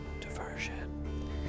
Diversion